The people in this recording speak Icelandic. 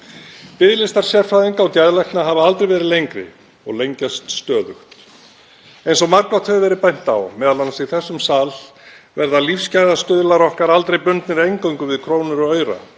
Biðlistar sérfræðinga og geðlækna hafa aldrei verið lengri og lengjast stöðugt. Eins og margoft hefur verið bent á, m.a. í þessum sal, verða lífsgæðastuðlar okkar aldrei bundnir eingöngu við krónur og aura.